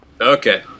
Okay